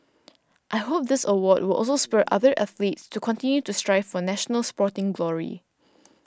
I hope this award will also spur other athletes to continue to strive for national sporting glory